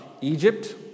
Egypt